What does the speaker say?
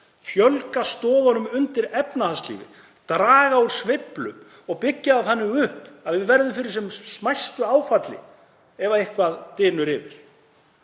fjölga stoðunum undir efnahagslífið, draga úr sveiflum og byggja það upp þannig að við verðum fyrir sem minnstu áfalli ef eitthvað dynur yfir.